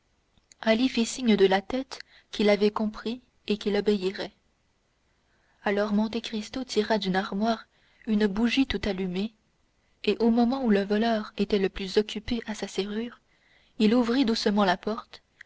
fit signe de la tête qu'il avait compris et qu'il obéirait alors monte cristo tira d'une armoire une bougie tout allumée et au moment où le voleur était le plus occupé à sa serrure il ouvrit doucement la porte